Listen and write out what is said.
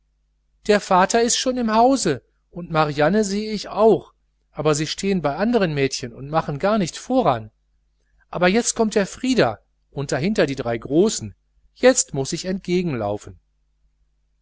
der vater ist schon im haus und marianne sehe ich auch aber sie stehen bei andern mädchen und machen gar nicht voran aber jetzt kommt der frieder und dahinter die drei großen jetzt muß ich